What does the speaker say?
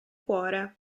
cuore